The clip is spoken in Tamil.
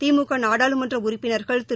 திமுக நாடாளுமன்ற உறுப்பினா்கள் திரு